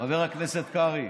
חבר הכנסת קרעי,